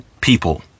people